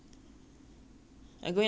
I go in like this every semester